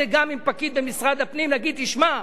יושב באיזה עיר בארץ פקיד של משרד הפנים,